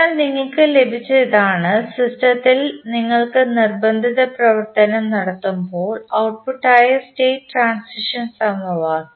അതിനാൽ നിങ്ങൾക്ക് ലഭിച്ചത് ഇതാണ് സിസ്റ്റത്തിൽ നിങ്ങൾ നിർബന്ധിത പ്രവർത്തനം നടത്തുമ്പോൾ ഔട്ട്പുട്ട് ആയ സ്റ്റേറ്റ് ട്രാൻസിഷൻ സമവാക്യം